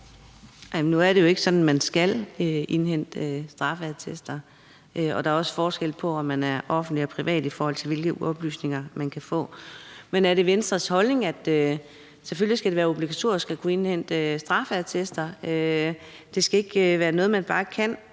Nu er det jo ikke sådan, at man skal indhente straffeattester, og der er også forskel på, om folk er offentligt eller privat ansatte, i forhold til hvilke oplysninger man kan få. Selvfølgelig skal det være obligatorisk at kunne indhente straffeattester – det skal ikke være noget, man bare kan